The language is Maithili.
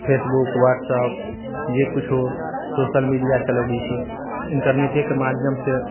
फेसबुक ह्वाटसएप जे किछु सोशल मीडिआ चलबै छी इन्टरनेटेके माध्यमसँ